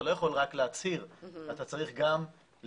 אתה לא יכול רק להצהיר, אתה צריך גם ליישם.